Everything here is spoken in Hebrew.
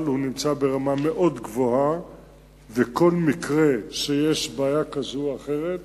בצה"ל, כפי שציינתי קודם, הפער הזה אכן קיים,